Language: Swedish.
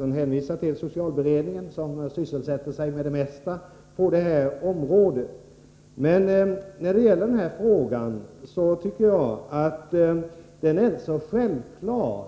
Han hänvisade till socialberedningen, som sysselsätter sig med det mesta på det här området, men jag tycker att den här frågan är så självklar